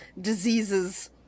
diseases